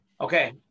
Okay